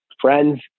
friends